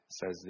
says